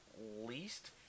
least